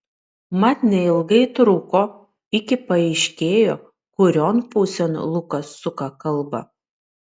mat neilgai truko iki paaiškėjo kurion pusėn lukas suka kalbą